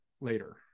later